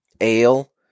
ale